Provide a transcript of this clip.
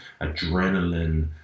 adrenaline